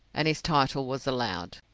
and his title was allowed.